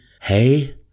Hey